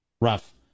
rough